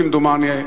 כמדומני,